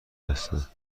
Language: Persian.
هستند